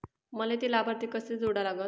मले थे लाभार्थी कसे जोडा लागन?